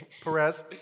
Perez